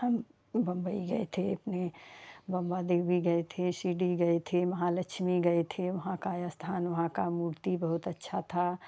हम बंबई गए थे अपने मुम्बा देवी गए थे शिरडी गए थे महालक्ष्मी गए थे वहाँ का स्थान वहाँ का मूर्ति बहुत अच्छी थी